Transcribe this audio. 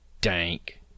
dank